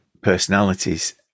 personalities